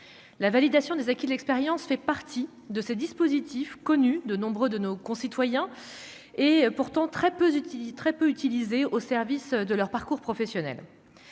la validation des acquis de l'expérience fait partie de ces dispositifs connu de nombreux de nos concitoyens et pourtant très peu utilisé très peu utilisé au service de leur parcours professionnel,